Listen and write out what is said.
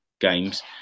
Games